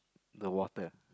the water